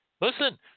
Listen